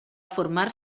formar